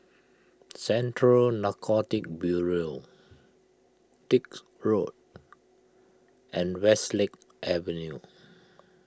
Central Narcotics Bureau Dix Road and Westlake Avenue